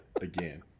again